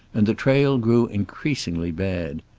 and the trail grew increasingly bad.